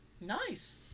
Nice